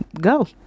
go